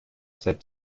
said